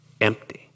empty